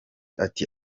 ati